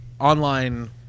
online